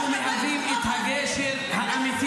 אנחנו מהווים את הגשר האמיתי